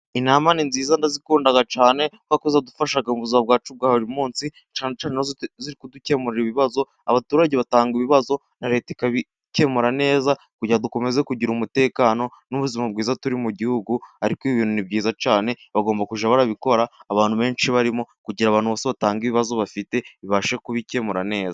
Iintama ni nziza ndazikunda cyane kuko ziradufasha mubuzima bwacu bwa buri munsi cyane cyane iyo ziri kudukemurarira ibibazo, abaturage batanga ibibazo na leta ikabikemura neza kugira dukomeze kugira umutekano n'ubuzima bwiza turi mu gihugu, ariko ibi ibintu ni byiza cyane bagomba kujya barabikora abantu benshi barimo kugira abantu bose batange ibibazo bafite babashe kubikemura neza.